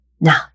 Now